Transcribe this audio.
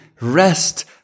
rest